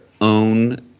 own